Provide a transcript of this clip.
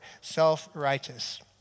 self-righteous